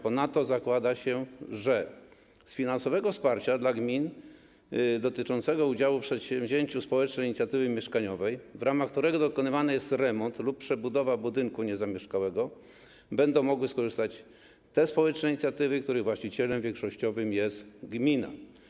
Ponadto zakłada się, że z finansowego wsparcia dla gmin związanego z udziałem w przedsięwzięciu społecznej inicjatywy mieszkaniowej, w ramach którego dokonywany jest remont lub przebudowa budynku niezamieszkałego, będą mogły skorzystać te społeczne inicjatywy, których właścicielem większościowym jest gmina.